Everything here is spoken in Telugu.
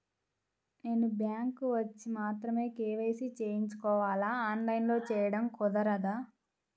నేను బ్యాంక్ వచ్చి మాత్రమే కే.వై.సి చేయించుకోవాలా? ఆన్లైన్లో చేయటం కుదరదా?